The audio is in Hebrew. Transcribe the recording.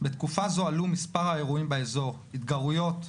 "בתקופה זו עלו מספר האירועים באזור, התגרויות,